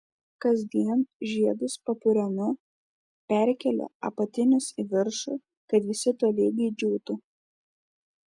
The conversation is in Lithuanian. kasdien žiedus papurenu perkeliu apatinius į viršų kad visi tolygiai džiūtų